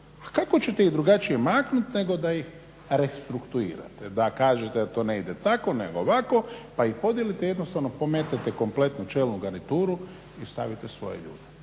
kako ćete ih drugačije maknuti nego da ih restrukturirajte, da kažete da to ne ide tako nego ovako pa ih podijelite jednostavno, pometete kompletno čelom garnituru i stavite svoje ljude.